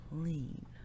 clean